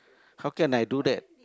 how can I do that